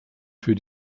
für